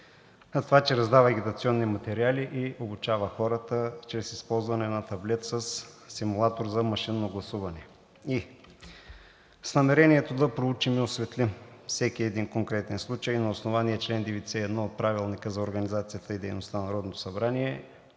затова, че раздава агитационни материали и обучава хората чрез използване на таблет със симулатор за машинно гласуване. С намерението да проучим и осветлим всеки един конкретен случай на основание чл. 91 от Правилника за организацията и дейността на Народното събрание,